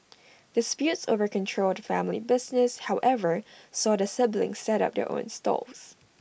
disputes over control of the family business however saw the siblings set up their own stalls